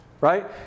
right